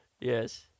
Yes